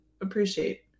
appreciate